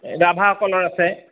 ৰাভাসকলৰ আছে